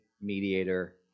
mediator